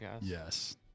Yes